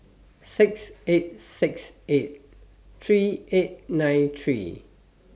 six eight six eight three eight nine three